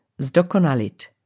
zdokonalit